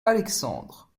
alexandre